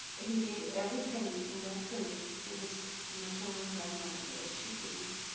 and he gave every penny in that period to his maternal grandmother, so that she could eat.